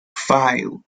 five